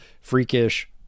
freakish